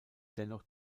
dennoch